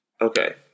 Okay